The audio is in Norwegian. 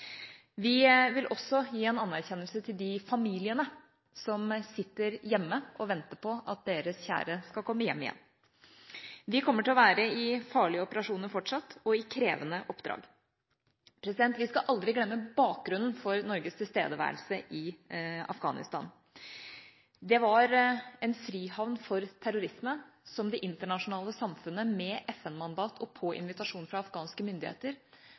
Vi vil også gi en anerkjennelse til de familiene som sitter hjemme og venter på at deres kjære skal komme hjem igjen. Vi kommer fortsatt til å være i farlige operasjoner og i krevende oppdrag. Vi skal aldri glemme bakgrunnen for Norges tilstedeværelse i Afghanistan. Det var en frihavn for terrorisme som det internasjonale samfunnet, med FN-mandat og etter invitasjon fra afghanske myndigheter,